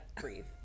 breathe